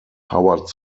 howard